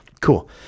Cool